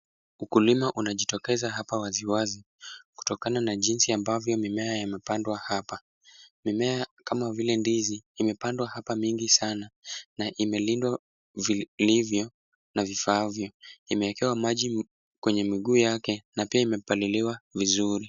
Ukulima unajitokeza hapa waziwazi kutokana na jinsi ambavyo mimea yamepandwa hapa. Mimea kama vile ndizi imepandwa hapa mingi sana na imelindwa vilivyo na vifaavyo. Imewekewa maji kwenye miguu yake na pia imepaliliwa vizuri.